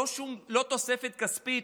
לא תוספת כספית,